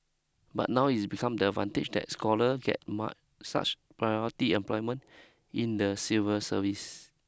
but now it's become about the advantages that scholar get such as priority employment in the civil service